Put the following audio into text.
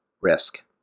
Risk